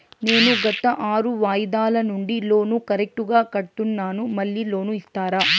నేను గత ఆరు వాయిదాల నుండి లోను కరెక్టుగా కడ్తున్నాను, మళ్ళీ లోను ఇస్తారా?